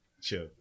Chill